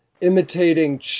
imitating